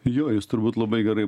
jo jūs turbūt labai gerai